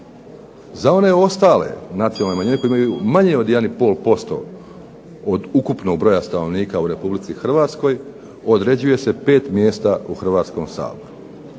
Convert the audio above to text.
Za one ostale nacionalne manjine koje imaju manje od 1,5% od ukupnog broja stanovnika u Republici Hrvatskoj određuje se pet mjesta u Hrvatskom saboru.